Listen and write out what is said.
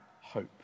hope